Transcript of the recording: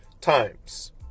times